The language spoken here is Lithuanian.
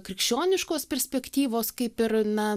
krikščioniškos perspektyvos kaip ir na